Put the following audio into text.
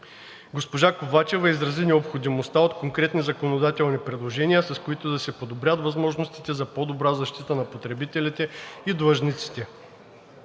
Госпожа Ковачева изрази необходимостта от конкретни законодателни предложения, с които да се подобрят възможностите за по-добра защита на потребителите и длъжниците.